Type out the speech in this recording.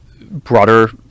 broader